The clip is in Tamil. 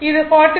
அது 43